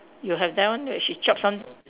you have that one where she chops some